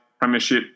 premiership